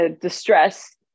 distress